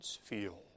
feel